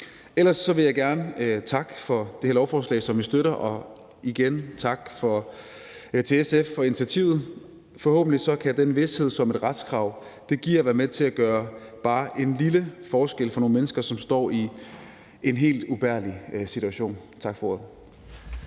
Ellers vil jeg gerne takke for det her lovforslag, som vi støtter, og jeg vil igen sige tak til SF for initiativet. Forhåbentlig kan den vished, som et retskrav giver, være med til at gøre bare en lille forskel for nogle mennesker, som står i en helt ubærlig situation. Tak for ordet.